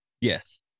Yes